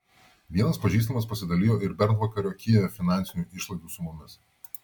vienas pažįstamas pasidalijo ir bernvakario kijeve finansinių išlaidų sumomis